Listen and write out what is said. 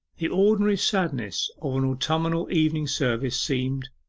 the ordinary sadness of an autumnal evening-service seemed,